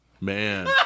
Man